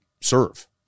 serve